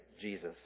Jesus